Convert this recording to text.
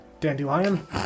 dandelion